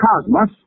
cosmos